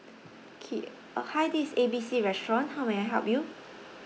K uh hi this is A B C restaurant how may I help you